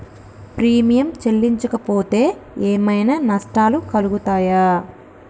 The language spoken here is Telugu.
ప్రీమియం చెల్లించకపోతే ఏమైనా నష్టాలు కలుగుతయా?